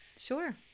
sure